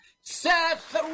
Seth